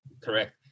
Correct